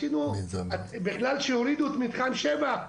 בכלל שהורידו את מתחם שבע,